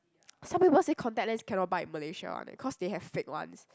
some people said contact lens cannot buy in Malaysia one eh cause they have fake ones